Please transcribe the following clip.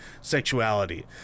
sexuality